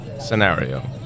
scenario